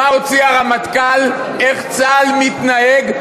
מה הוציא הרמטכ"ל, איך צה"ל מתנהג?